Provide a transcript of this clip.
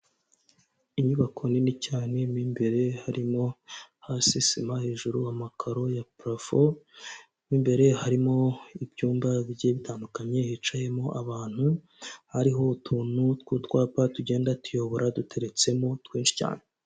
Inyubako nini cyane mo imbere harimo hasi sima hejuru amakaro ya purafo, mo imbere harimo ibyumba bigiye bitandukanye hicayemo ahantu, hariho utuntu tw'utwapa tugenda tuyobora duteretsemo twinshi cyane.